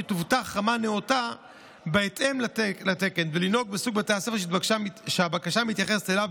תובטח רמה נאותה בהתאם לתקן ולנהוג בסוג בית הספר שהבקשה מתייחסת אליו,